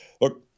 Look